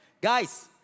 Guys